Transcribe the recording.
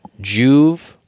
juve